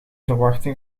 verwachting